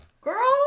Girl